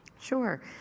Sure